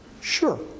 sure